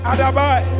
Adabai